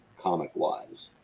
comic-wise